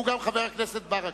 שהוא גם חבר הכנסת ברכה.